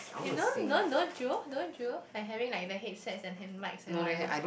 you know don't don't you don't you like having like the headsets and hand mics in one